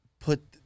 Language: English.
put